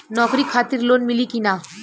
नौकरी खातिर लोन मिली की ना?